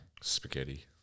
Spaghetti